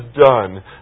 done